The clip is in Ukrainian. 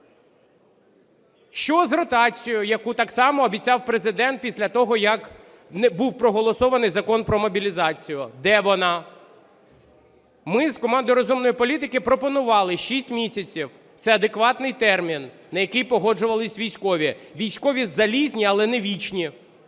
Що з ротацією, яку так само обіцяв Президент після того, як був проголосований Закон про мобілізацію. Де вона? Ми з командою "Розумної політики" пропонували 6 місяців, це адекватний термін, на який погоджувалися військові. Військові залізні, але не вічні,